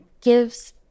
gives